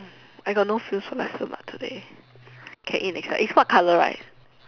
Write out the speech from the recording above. I got no feels for nasi-lemak today can eat next time is what colour rice